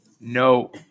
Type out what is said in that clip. No